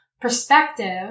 perspective